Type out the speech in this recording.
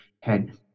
head